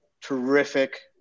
Terrific